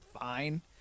fine